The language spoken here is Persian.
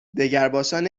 دگرباشان